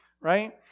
Right